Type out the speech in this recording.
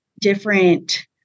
different